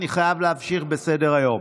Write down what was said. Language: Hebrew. אני חייב להמשיך בסדר-היום.